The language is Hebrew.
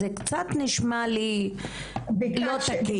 זה קצת נשמע לי לא תקין.